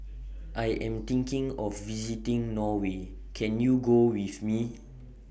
I Am thinking of visiting Norway Can YOU Go with Me